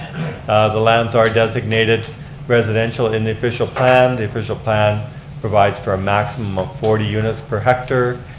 ah the lands are designated residential. in the official plan, the official plan provides for a maximum of forty units per hectare.